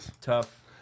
Tough